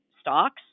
stocks